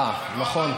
אה, נכון.